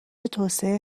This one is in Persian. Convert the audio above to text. توسعه